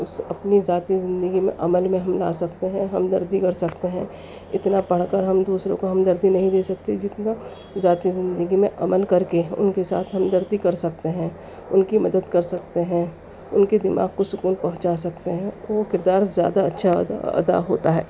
اس سے اپنی ذاتی زندگی میں عمل میں ہم لا سکتے ہیں ہمدردی کر سکتے ہیں اتنا پڑھ کر ہم دوسروں کو ہمدردی نہیں دے سکتے جتنا ذاتی زندگی میں عمل کر کے ان کے ساتھ ہمدردی کر سکتے ہیں ان کی مدد کر سکتے ہیں ان کے دماغ کو سکون پہنچا سکتے ہیں وہ کردار زیادہ اچھا ادا ہوتا ہے